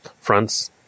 fronts